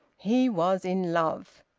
he was in love.